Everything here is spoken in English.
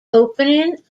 opening